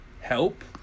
help